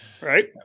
Right